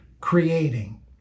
creating